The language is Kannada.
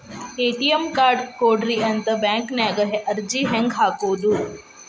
ಎ.ಟಿ.ಎಂ ಕಾರ್ಡ್ ಕೊಡ್ರಿ ಅಂತ ಬ್ಯಾಂಕ ನ್ಯಾಗ ಅರ್ಜಿ ಹೆಂಗ ಹಾಕೋದು?